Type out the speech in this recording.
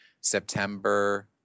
September